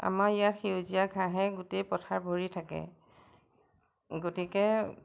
আমাৰ ইয়াৰ সেউজীয়া ঘাঁহে গোটেই পথাৰ ভৰি থাকে গতিকে